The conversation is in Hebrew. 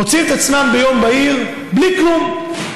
מוצאים את עצמם ביום בהיר בלי כלום,